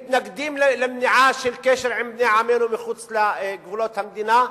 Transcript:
מתנגדים למניעה של קשר עם בני עמנו מחוץ לגבולות המדינה.